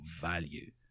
value